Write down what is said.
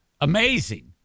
amazing